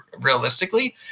realistically